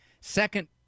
Second